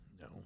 No